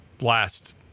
last